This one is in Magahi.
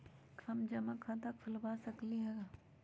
हम जमा खाता कइसे खुलवा सकली ह?